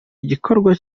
igikorwa